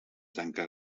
tancà